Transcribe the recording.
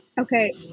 okay